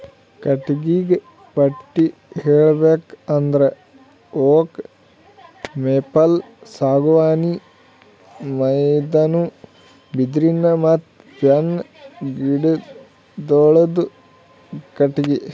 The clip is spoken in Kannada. ಕಟ್ಟಿಗಿಗ ಪಟ್ಟಿ ಹೇಳ್ಬೇಕ್ ಅಂದ್ರ ಓಕ್, ಮೇಪಲ್, ಸಾಗುವಾನಿ, ಬೈನ್ದು, ಬಿದಿರ್ ಮತ್ತ್ ಪೈನ್ ಗಿಡಗೋಳುದು ಕಟ್ಟಿಗಿ